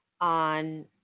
on